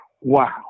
wow